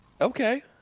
Okay